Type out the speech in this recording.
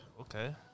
Okay